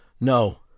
No